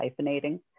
hyphenating